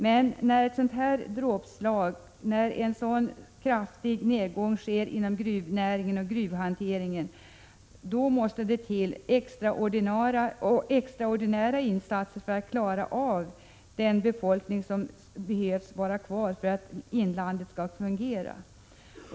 Men när ett sådant här dråpslag drabbar befolkningen, när en sådan kraftig nedgång sker inom gruvnäringen och gruvhanteringen, måste det till extraordinära insatser för att klara den befolkning som behöver finnas kvar för att inlandet skall fungera.